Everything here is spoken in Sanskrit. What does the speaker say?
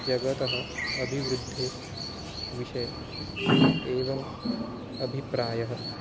जगतः अभिवृद्धिविषये एवम् अभिप्रायः